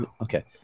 Okay